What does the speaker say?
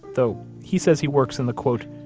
though he says he works in the, quote,